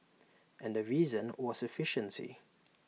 and the reason was efficiency